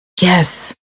Yes